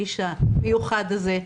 האיש המיוחד הזה,